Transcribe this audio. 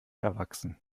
erwachsen